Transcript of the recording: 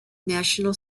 national